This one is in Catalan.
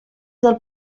del